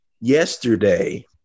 yesterday